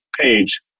page